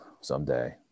someday